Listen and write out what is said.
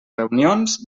reunions